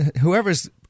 whoever's